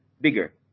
bigger